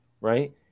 right